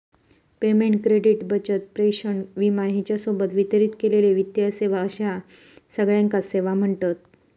payment, credit, बचत, प्रेषण, विमा ह्येच्या सोबत वितरित केलेले वित्तीय सेवा अश्या सगळ्याकांच सेवा म्ह्णतत